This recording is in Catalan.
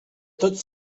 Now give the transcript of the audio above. tots